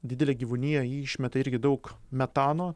didelė gyvūnija ji išmeta irgi daug metano